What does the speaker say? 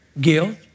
guilt